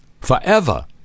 forever